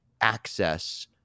access